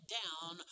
down